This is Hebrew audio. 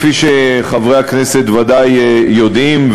כפי שחברי הכנסת ודאי יודעים,